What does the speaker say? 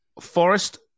Forest